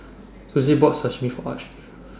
Suzette bought Sashimi For Arch